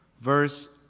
verse